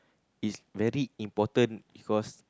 is very important because